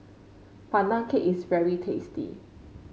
Pandan Cake is very tasty